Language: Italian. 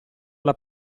alla